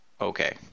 okay